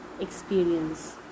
experience